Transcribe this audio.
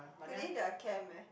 today there are camp leh